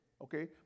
Okay